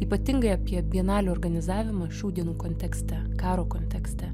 ypatingai apie bienalių organizavimą šių dienų kontekste karo kontekste